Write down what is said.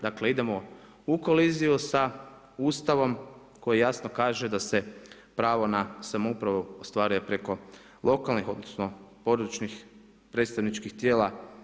Dakle, idemo u koliziju sa Ustavom koji jasno kaže da se pravo na samoupravu ostvaruje preko lokalnih odnosno područnih predstavničkih tijela.